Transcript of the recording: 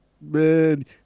Man